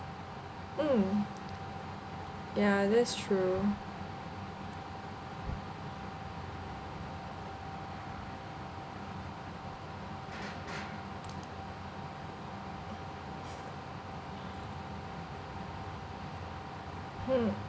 mm ya that's true hmm